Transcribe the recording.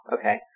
okay